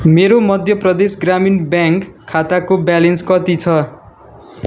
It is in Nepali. मेरो मध्य प्रदेश ग्रामीण ब्याङ्क खाताको ब्यालेन्स कति छ